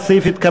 סעיף 12,